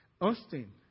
Austin